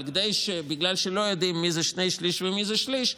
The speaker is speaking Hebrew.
אבל בגלל שלא יודעים מי שני השלישים ומי השליש,